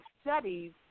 studies